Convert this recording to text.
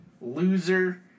loser